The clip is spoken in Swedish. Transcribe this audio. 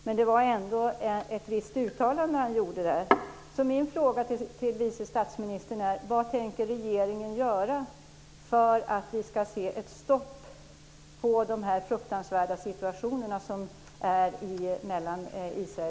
Men det var ändå ett visst uttalande som han gjorde.